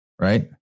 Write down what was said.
right